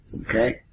Okay